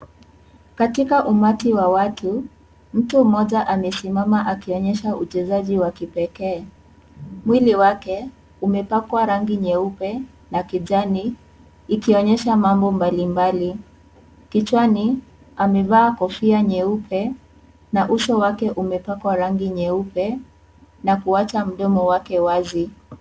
Katika umati wa watu, mtu mmoja amesimama akionyesha uchezaji wa kipekee. Mwili wake, umepakwa rangi nyeupe na kijani, ikionyesha mambo mbalimbali. Kichwani, amevaa kofia nyeupe na uso wake umepakwa rangi nyeupe na kuacha mdomo wake wazi.